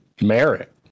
merit